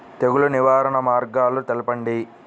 తెగులు నివారణ మార్గాలు తెలపండి?